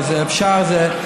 זה אפשרי,